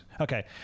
Okay